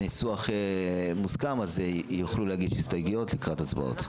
ניסוח מוסכם אז הם יוכלו להגיש הסתייגויות לקראת הצבעות.